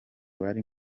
bari